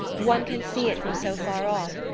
one can see it from so far off,